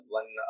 one